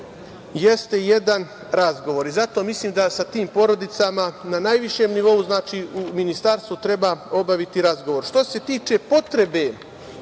jeste jedan razgovor. Zato mislim da sa tim porodicama na najvišem nivou, znači Ministarstvo, treba obaviti razgovor. Što se tiče potrebe